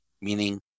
meaning